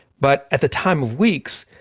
but at the time of weeks,